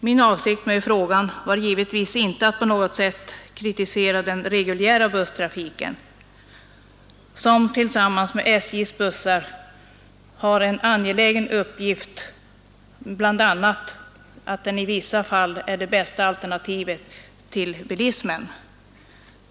Min avsikt med frågan var givetvis inte att på något sätt kritisera den reguljära busstrafiken, som tillsammans med SJ:s bussar har en angelägen uppgift, bl.a. att den i vissa fall är det bästa alternativet till bilismen.